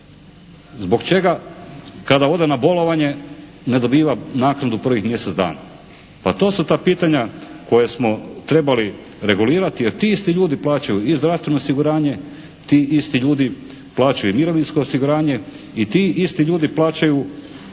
Zbog čega kada ode na bolovanje ne dobiva naknadu prvih mjesec dana? Pa to su ta pitanja koja smo trebali regulirati jer ti isti ljudi plaćaju i zdravstveno osiguranje, ti isti ljudi plaćaju mirovinsko osiguranje i ti isti ljudi plaćaju